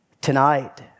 tonight